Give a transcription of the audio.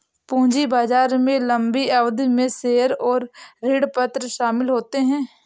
पूंजी बाजार में लम्बी अवधि में शेयर और ऋणपत्र शामिल होते है